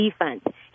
defense